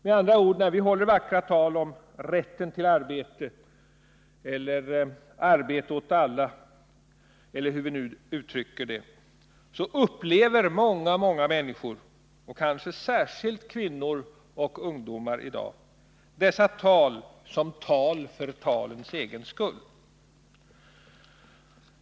Med andra ord: När vi håller vackra tal om rätten till arbete eller arbete åt alla, eller hur vi nu uttrycker det, upplever många människor — i dag kanske särskilt kvinnor och ungdomar — dessa tal som tal för talets egen skull.